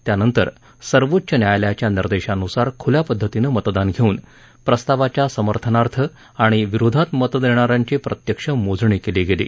त्यानंतर सर्वोच्च न्यायालयाच्या निर्देशानुसार खुल्या पद्धतीनं मतदान घेऊन प्रस्तावाच्या समर्थनार्थ आणि विरोधात मत देणाऱ्यांची प्रत्यक्ष मोजणी केली गेली